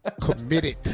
committed